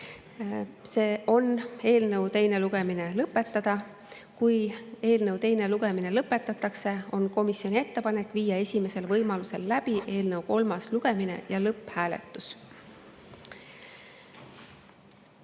eelnõu teine lugemine lõpetada ning kui eelnõu teine lugemine lõpetatakse, on komisjoni ettepanek viia esimesel võimalusel läbi eelnõu kolmas lugemine ja lõpphääletus.